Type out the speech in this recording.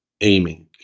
aiming